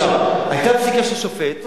היתה פסיקה של שופט,